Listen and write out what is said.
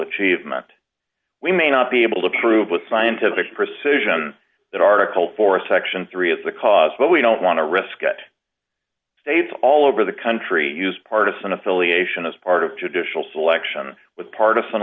achievement we may not be able to prove with scientific that article four section three of the cause but we don't want to risk it states all over the country use partisan affiliation as part of judicial selection with part of fun